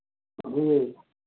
जी